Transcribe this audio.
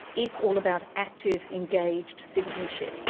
it's all about active, engaged citizenship,